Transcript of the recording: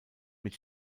mit